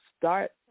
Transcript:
start